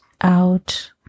out